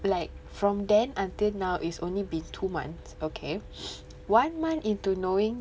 like from then until now is only been two months okay one month into knowing